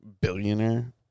billionaire